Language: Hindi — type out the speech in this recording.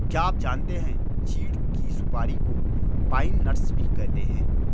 क्या आप जानते है चीढ़ की सुपारी को पाइन नट्स भी कहते है?